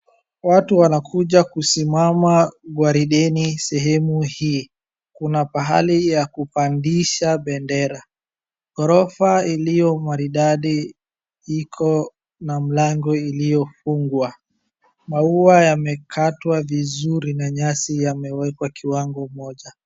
Watu wanakuja kusimama gwarideni sehemu hii. Kuna pahali ya kupandisha bendera. Ghorofa iliomaridadi iko na mlango iliofungwa. Maua yamekatwa vizuri na nyasi yamewekwa kiwango moja.